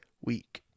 week